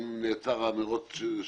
האם נעצר המירוץ?